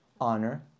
Honor